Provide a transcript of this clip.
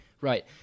Right